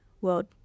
world